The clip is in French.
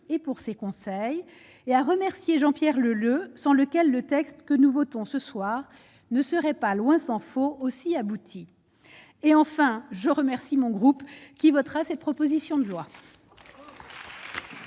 et pour ses conseils et a remercié Jean-Pierre Leleux, sans lequel le texte que nous votons ce soir ne serait pas, loin s'en faut aussi abouti et enfin je remercie mon groupe qui votera cette proposition de loi.